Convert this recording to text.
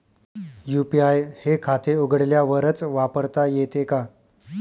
UPI हे खाते उघडल्यावरच वापरता येते का?